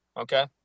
okay